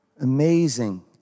amazing